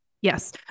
Yes